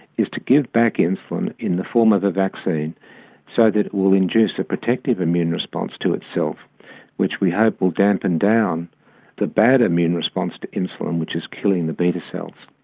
is to give back insulin in the form of a vaccine so that it will induce a protective immune response to itself which we hope will dampen down the bad immune response to insulin which is killing the beta cells.